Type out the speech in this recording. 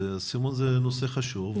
הסימון הוא נושא חשוב.